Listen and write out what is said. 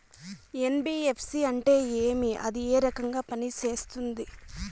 NBFC అంటే ఏమి అది ఏ రకంగా పనిసేస్తుంది